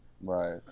Right